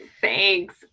Thanks